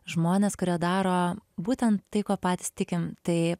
žmonės kurie daro būtent tai ko patys tikim tai